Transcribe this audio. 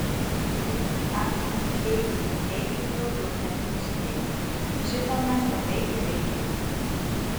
kai jėzus sako nusidėjėlei eik ir daugiau nebenusidėk šitą mes labai gerai girdime